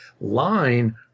line